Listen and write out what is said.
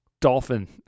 dolphin